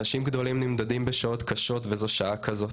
אנשים גדולים נמדדים בשעות קשות וזו שעה כזאת.